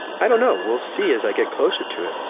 i don't know. we'll see as i get closer to it,